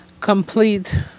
complete